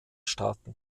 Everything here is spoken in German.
staaten